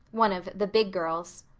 one of the big girls.